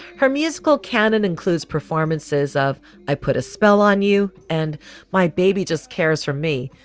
her musical canon includes performances of i put a spell on you and my baby just cares for me,